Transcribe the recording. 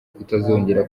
kutazongera